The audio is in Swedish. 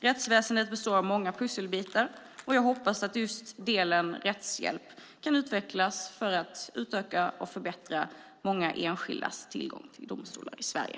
Rättsväsendet består av många pusselbitar, och jag hoppas att den del som gäller just rättshjälp kan utvecklas för att förbättra många enskildas tillgång till domstolar i Sverige.